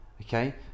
okay